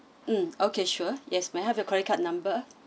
mm okay sure yes may I have your credit card number